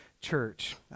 Church